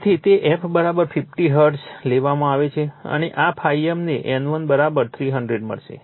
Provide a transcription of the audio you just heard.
તેથી તે f 50 hertz લેવામાં આવે છે અને આ ∅m ને N1 300 મળશે